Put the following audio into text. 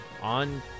on